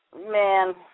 Man